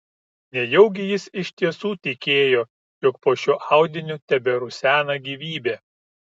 nejaugi jis iš tiesų tikėjo jog po šiuo audiniu teberusena gyvybė